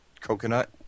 coconut